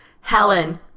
Helen